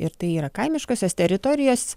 ir tai yra kaimiškosios teritorijos